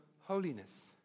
holiness